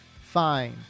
fine